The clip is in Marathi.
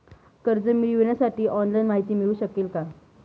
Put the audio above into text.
कर्ज मिळविण्यासाठी ऑनलाईन माहिती मिळू शकते का?